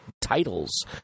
titles